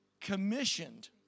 commissioned